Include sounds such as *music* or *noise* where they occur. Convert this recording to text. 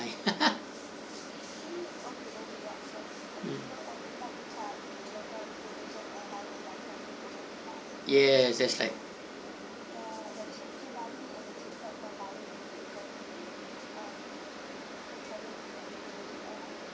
*laughs* mm yes that's right